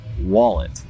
wallet